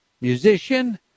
musician